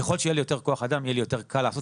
ככל שיהיה לי יותר כוח אדם יהיה לי יותר קל לעשות